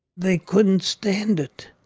they couldn't stand it,